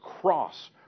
cross